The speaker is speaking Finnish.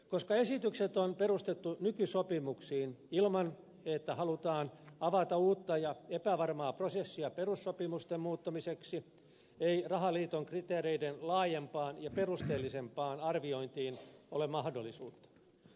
koska esitykset on perustettu nykysopimuksiin ilman että halutaan avata uutta ja epävarmaa prosessia perussopimusten muuttamiseksi ei rahaliiton kriteereiden laajempaan ja perusteellisempaan arviointiin ole mahdollisuutta